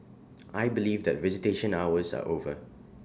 I believe that visitation hours are over